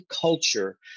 culture